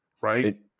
right